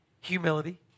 humility